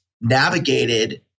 navigated